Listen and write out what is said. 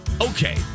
Okay